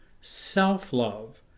self-love